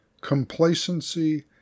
complacency